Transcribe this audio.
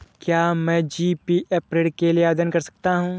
क्या मैं जी.पी.एफ ऋण के लिए आवेदन कर सकता हूँ?